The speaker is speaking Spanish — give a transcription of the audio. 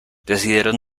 decidieron